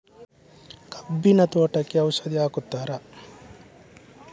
ಕಬ್ಬಿನ ತೋಟಕ್ಕೆ ಔಷಧಿ ಹಾಕುತ್ತಾರಾ?